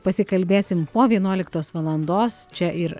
pasikalbėsim po vienuoliktos valandos čia ir